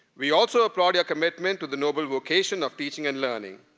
we also applaud your commitment to the noble vocation of teaching and learning,